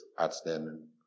outstanding